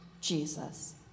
Jesus